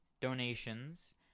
donations